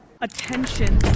Attention